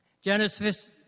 Genesis